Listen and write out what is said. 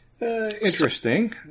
interesting